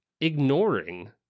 ignoring